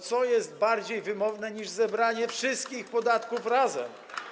Co jest bardziej wymowne niż zebranie wszystkich podatków razem?